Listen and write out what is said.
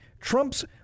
Trump's